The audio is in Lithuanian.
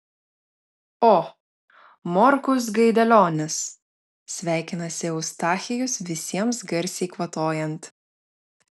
o morkus gaidelionis sveikinasi eustachijus visiems garsiai kvatojant